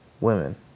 women